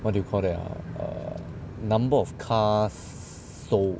what do you call that ah err number of cars sold